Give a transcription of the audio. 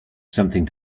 something